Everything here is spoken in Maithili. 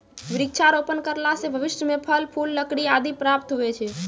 वृक्षारोपण करला से भविष्य मे फल, फूल, लकड़ी आदि प्राप्त हुवै छै